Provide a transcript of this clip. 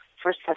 First